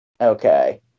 Okay